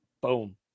Boom